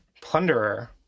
Plunderer